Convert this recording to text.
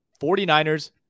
49ers